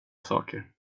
saker